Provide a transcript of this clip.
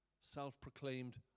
self-proclaimed